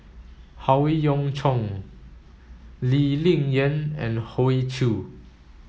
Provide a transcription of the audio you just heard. Howe Yoon Chong Lee Ling Yen and Hoey Choo